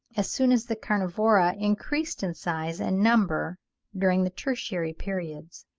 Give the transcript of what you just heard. as soon as the carnivora increased in size and number during the tertiary periods.